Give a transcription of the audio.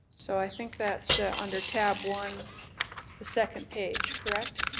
so i think that's ah under tab one, the second page. correct?